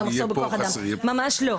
ממש לא.